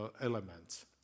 elements